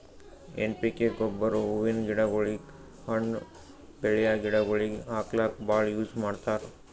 N P K ಗೊಬ್ಬರ್ ಹೂವಿನ್ ಗಿಡಗೋಳಿಗ್, ಹಣ್ಣ್ ಬೆಳ್ಯಾ ಗಿಡಗೋಳಿಗ್ ಹಾಕ್ಲಕ್ಕ್ ಭಾಳ್ ಯೂಸ್ ಮಾಡ್ತರ್